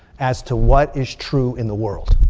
as to what is true in the world.